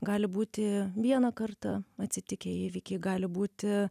gali būti vieną kartą atsitikę įvykiai gali būti